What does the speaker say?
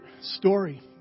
story